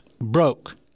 broke